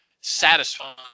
satisfying